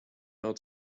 how